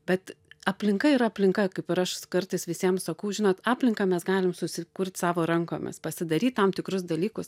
bet aplinka yra aplinka kaip ir aš kartais visiem sakau žinot aplinką mes galim susikurt savo rankomis pasidaryt tam tikrus dalykus